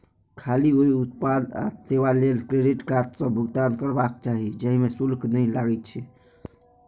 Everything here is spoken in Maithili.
खाली ओइ उत्पाद आ सेवा लेल क्रेडिट कार्ड सं भुगतान करबाक चाही, जाहि मे शुल्क नै लागै छै